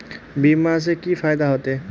बीमा से की फायदा होते?